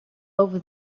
over